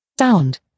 Sound